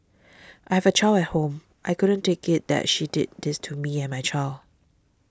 I have a child at home I couldn't take it that she did this to me and my child